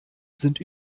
sind